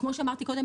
כמו שאמרתי קודם,